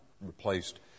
Replaced